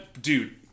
dude